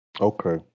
Okay